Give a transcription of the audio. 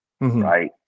Right